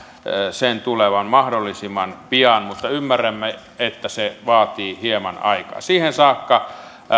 sen tulevan mahdollisimman pian mutta ymmärrämme että se vaatii hieman aikaa siihen saakka